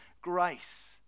grace